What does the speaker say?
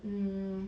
mm